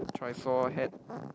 trishaw hat